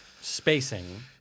Spacing